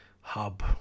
hub